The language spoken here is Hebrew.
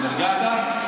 נרגעת?